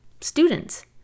students